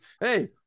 hey